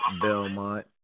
Belmont